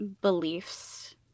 beliefs